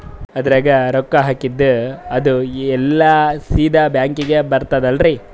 ಅದ್ರಗ ರೊಕ್ಕ ಹಾಕಿದ್ದು ಅದು ಎಲ್ಲಾ ಸೀದಾ ಬ್ಯಾಂಕಿಗಿ ಬರ್ತದಲ್ರಿ?